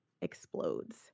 explodes